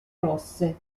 rosse